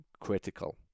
Critical